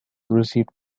received